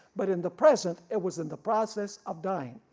but in the present it was in the process of dying.